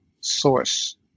source